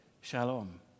shalom